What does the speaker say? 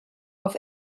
auf